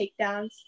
takedowns